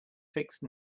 fixed